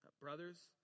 brothers